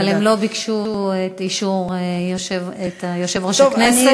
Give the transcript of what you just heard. אבל הם לא ביקשו את אישור יושב-ראש הכנסת,